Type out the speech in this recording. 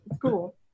Cool